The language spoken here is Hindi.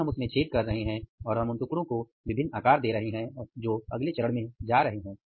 फिर हम उसमें छेद कर रहे हैं और हम उन टुकड़ों को अलग अलग आकार दे रहे हैं और फिर वे अगले चरण में जा रहे हैं